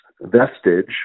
vestige